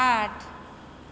आठ